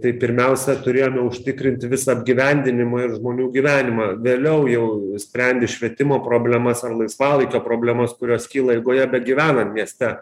tai pirmiausia turėjome užtikrinti visą apgyvendinimą ir žmonių gyvenimą vėliau jau sprendi švietimo problemas ar laisvalaikio problemas kurios kyla eigoje bet gyvenant mieste